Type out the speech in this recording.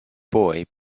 boy